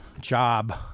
job